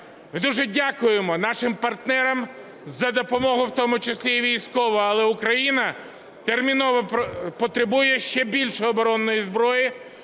І дуже дякуємо нашим партнерам за допомогу, в тому числі і військову. Але Україна терміново потребує ще більше оборонної зброї,